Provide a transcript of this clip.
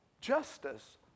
justice